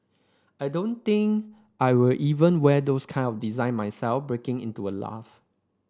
I don't think I will even wear those kind of design myself breaking into a laugh